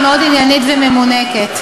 היא מאוד עניינית ומנומקת.